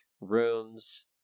rooms